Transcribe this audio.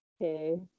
Okay